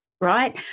right